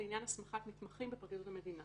לעניין הסמכת מתמחים בפרקליטות המדינה.